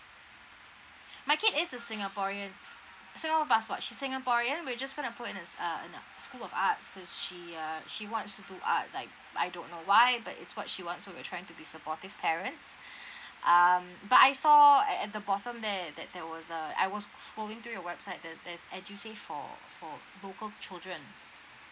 my kid is a singaporean singapore passport she's singaporean we just gonna put in this uh school of arts cause she uh she wants to do arts like I don't know why but it's what she wants so we try to be supportive parents um but I saw at at the bottom there that there was uh I was scrolling through your website then there's edusave for for local children